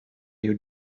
you